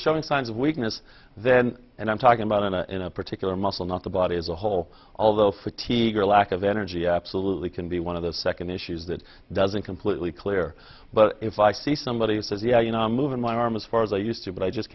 showing signs of weakness then and i'm talking about in a in a particular muscle not the body as a whole although fatigue or lack of energy absolutely can be one of the second issues that doesn't completely clear but if i see somebody who says yeah you know i'm moving my arm as far as i used to but i just